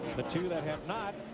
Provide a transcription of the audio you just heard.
the two that have not,